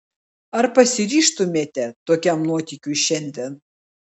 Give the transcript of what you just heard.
ar pasiryžtumėte tokiam nuotykiui šiandien